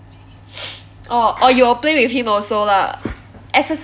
orh orh you will play with him also lah exercise